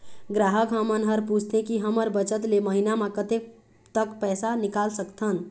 ग्राहक हमन हर पूछथें की हमर बचत ले महीना मा कतेक तक पैसा निकाल सकथन?